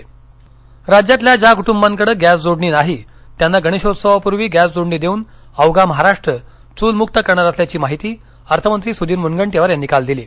मनगंपीवार राज्यातील ज्या कुटुंबांकडे गॅस जोडणी नाही त्यांना गणेशोत्सवापूर्वी गॅस जोडणी देऊन अवघा महाराष्ट्र चूलमुक्त करणार असल्याची माहिती अर्थमंत्री सुधीर मुनगंटीवार यांनी काल दिली